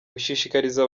gushishikariza